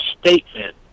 statement